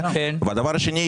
והדבר השני,